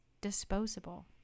disposable